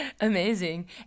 Amazing